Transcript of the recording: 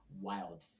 wild